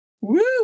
Woo